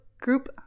group